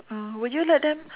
uh would you let them